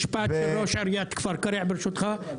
משפט קצר מראש עיריית כפר קרע, ברשותך.